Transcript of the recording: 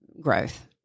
growth